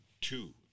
two